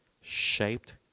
shaped